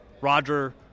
Roger